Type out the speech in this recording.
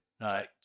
Right